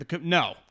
No